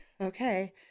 okay